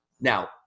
now